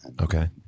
Okay